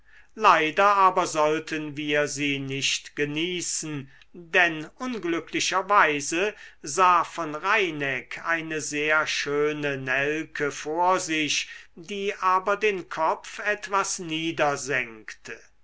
leider aber sollten wir sie nicht genießen denn unglücklicherweise sah von reineck eine sehr schöne nelke vor sich die aber den kopf etwas